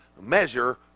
measure